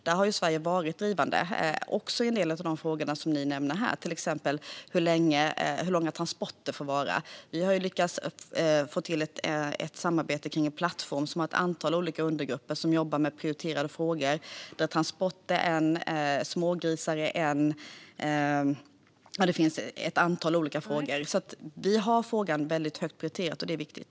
Där har Sverige varit drivande också i en del av de frågor som ni nämner här, till exempel när det gäller hur långa transporter får vara. Vi har lyckats få till stånd ett samarbete kring en plattform med ett antal olika undergrupper som jobbar med prioriterade frågor - transport är en och smågrisar en annan. Det finns ett antal olika frågor. Vi har denna fråga högt prioriterad, och det är viktigt.